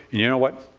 you know what?